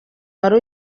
wari